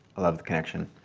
love the connection.